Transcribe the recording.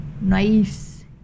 Nice